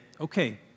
okay